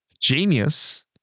genius